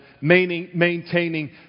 maintaining